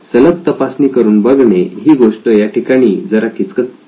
सलग तपासणी करून बघणे ही गोष्ट याठिकाणी जरा किचकट वाटते